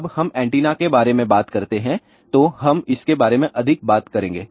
जब हम एंटीना के बारे में बात करते हैं तो हम इसके बारे में अधिक बात करेंगे